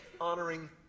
honoring